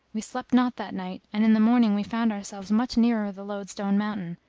we slept not that night and in the morning we found ourselves much nearer the loadstone mountain,